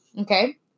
Okay